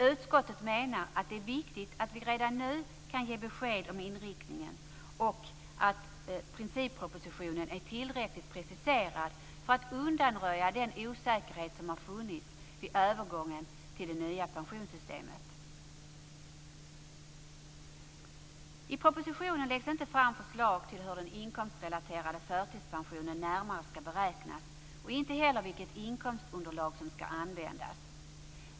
Utskottet menar att det är viktigt att vi redan nu kan ge besked om inriktningen och att princippropositionen är tillräckligt preciserad för att undanröja den osäkerhet som funnits vid övergången till det nya pensionssystemet. I propositionen läggs det inte fram förslag till hur den inkomstrelaterade förtidspensionen närmare skall beräknas och heller inte vilket inkomstunderlag som skall användas.